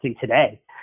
today